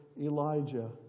Elijah